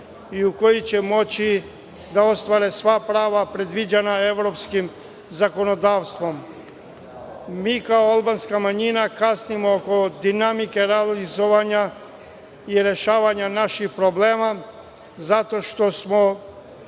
i u kojoj će moći da ostvare sva prava predviđena evropskim zakonodavstvom. Mi, kao albanska manjina, kasnimo kod dinamike realizovanja i rešavanja naših problema, zato što smo